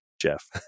Jeff